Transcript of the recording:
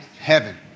Heaven